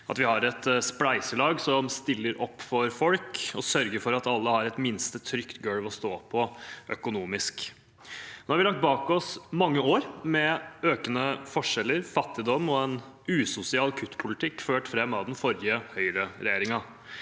at vi har et spleiselag som stiller opp for folk, og sørger for at alle har et minste trygt golv å stå på økonomisk. Nå har vi lagt bak oss mange år med økende forskjeller, fattigdom og en usosial kuttpolitikk, ført fram av den forrige høyreregjeringen.